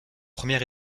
première